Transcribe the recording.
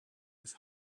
his